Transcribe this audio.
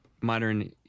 modern